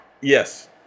yes